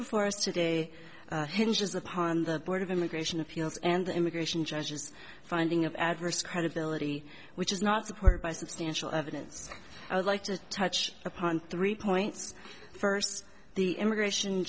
before us today hinges upon the board of immigration appeals and the immigration judges finding of adverse credibility which is not supported by substantial evidence i would like to touch upon three points first the immigration